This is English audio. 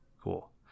cool